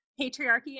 Patriarchy